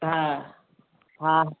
हा हा